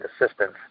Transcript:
assistance